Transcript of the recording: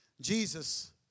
Jesus